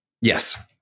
yes